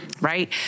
right